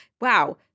wow